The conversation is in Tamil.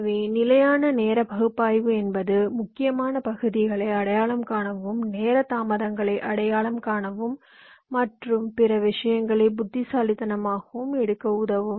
எனவே நிலையான நேர பகுப்பாய்வு என்பது முக்கியமான பகுதிகளை அடையாளம் காணவும் நேர தாமதங்களை அடையாளம் காணவும் மற்றும் பிற விஷயங்களை புத்திசாலித்தனமாகவும் எடுக்க உதவும்